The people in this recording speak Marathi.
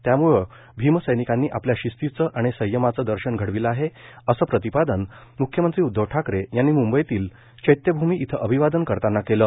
त्यामुळं भीमसैनिकांनी आपल्या शिस्तीचे आणि संयमाचे दर्शन घडविलं आहे असं प्रतिपादन मुख्यमंत्री उध्दव ठाकरे यांनी म्ंबईतील चैत्यभूमी इथं अभिवादन करताना केलं